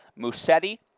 Musetti